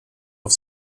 auf